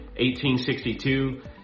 1862